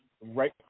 right